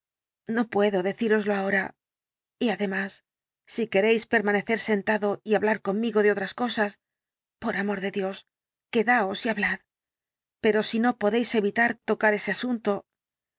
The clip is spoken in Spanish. no puedo decíroslo ahora y además si queréis permanecer sentado y hablar conmigo de otras cosas por amor de dios quedaos y hablad pero si no podéis evitar tocar ese asunto